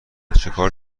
چیکار